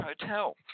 hotel